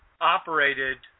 operated